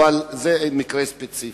אבל זה מקרה ספציפי.